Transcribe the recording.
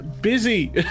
busy